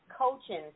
coaching